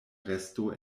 resto